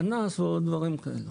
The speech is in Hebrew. פנס או דברים כאלה.